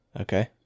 Okay